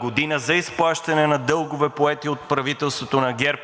година за изплащане на дългове, поети от правителството на ГЕРБ,